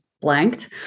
blanked